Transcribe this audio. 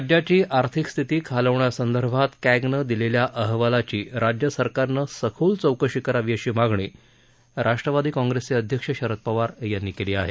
राज्याची आर्थिक स्थिती खालवण्यासंदर्भात कॅगनं दिलेल्या अहवालाची राज्य सरकारनं सखोल चौकशी करावी अशी मागणी राष्ट्रवादी कॉंप्रेसचे अध्यक्ष शरद पवार यांनी केली आहे